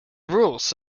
rules